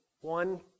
one